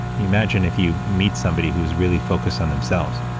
imagine if you meet somebody who's really focused on themselves,